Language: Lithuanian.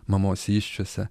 mamos įsčiose